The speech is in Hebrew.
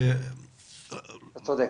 אתה צודק.